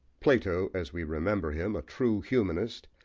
plato, as we remember him, a true humanist,